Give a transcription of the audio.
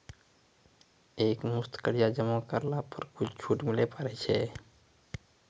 एक मुस्त कर्जा जमा करला पर कुछ छुट मिले पारे छै?